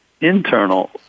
Internal